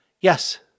Yes